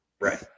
Right